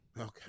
Okay